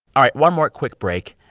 all right. one more quick break.